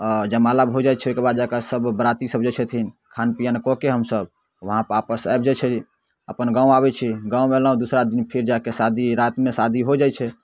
अऽ जयमाला भऽ जाइ छै ओइके बाद जाकऽ सभ बराती सभ जे छथिन खान पियन कएके हमसभ उहाँपर वापस आबि जाइ छी अपन गाँव आबै छी गाँव अयलहुँ दोसरा दिन फेर जाके शादी रातिमे शादी हो जाइ छै